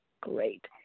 great